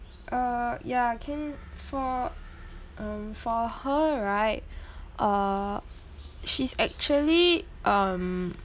uh yeah can for um for her right uh she's actually um